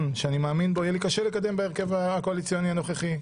שאני מאמין בו יהיה לי קשה לקדם בהרכב הקואליציוני הנוכחי.